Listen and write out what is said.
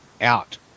out